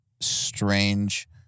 strange